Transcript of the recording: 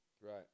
Right